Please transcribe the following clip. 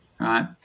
right